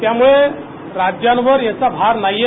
त्यामुळे राज्यांवर याचा भार नाही आहे